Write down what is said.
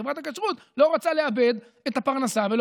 חברת הכשרות לא רוצה לאבד את הפרנסה ולא